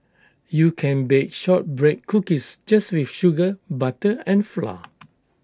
you can bake Shortbread Cookies just with sugar butter and flour